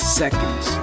seconds